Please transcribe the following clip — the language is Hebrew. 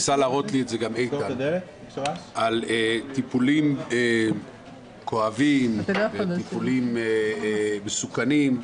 דיברו פה על טיפולים כואבים, טיפולים מסוכנים,